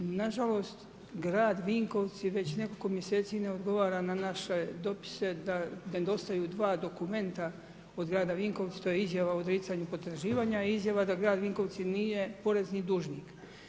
Nažalost, grad Vinkovci, već nekoliko mjeseci ne odgovora na naše dopise da nedostaju 2 dokumenta od grada Vinkovca, što je izjava o odricanju potraživanja i izjava da grad Vinkovci nije porezni dužnik.